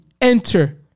enter